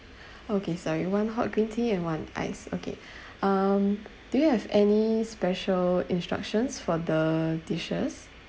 okay sorry one hot green tea and one iced okay um do you have any special instructions for the dishes